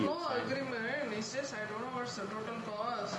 no agreement is just I don't know what's the total cost